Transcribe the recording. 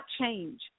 change